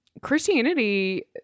Christianity